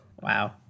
Wow